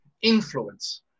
influence